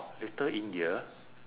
oh little india